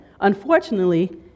unfortunately